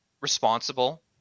responsible